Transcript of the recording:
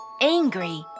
angry